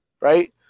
right